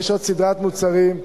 יש עוד סדרת מוצרים,